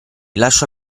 lasciò